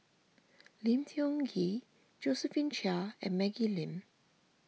Lim Tiong Ghee Josephine Chia and Maggie Lim